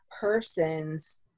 person's